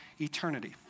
eternity